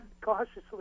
cautiously